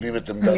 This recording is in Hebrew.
מקבלים את העמדה.